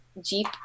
jeep